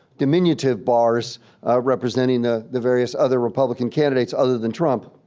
diminutive bars representing the the various other republican candidates, other than trump.